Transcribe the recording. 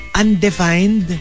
undefined